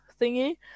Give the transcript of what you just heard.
thingy